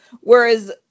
Whereas